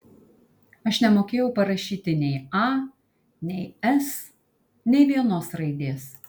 aš nemokėjau parašyti nei a nei s nė vienos raidės